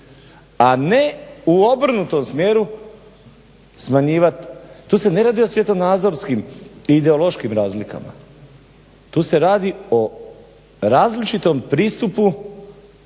a ne u obrnutom smjeru smanjivat. Tu se ne radi o svjetonazorskim i ideološkim razlikama, tu se radi o različitom pristupu